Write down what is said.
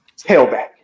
tailback